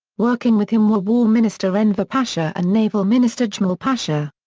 working with him were war minister enver pasha and naval minister djemal pasha.